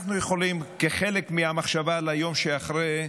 אנחנו יכולים, כחלק מהמחשבה על היום שאחרי,